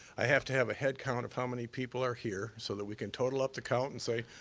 i have to have a head-count of how many people are here, so that we can total up the count and say,